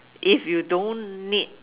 if you don't need